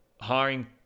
hiring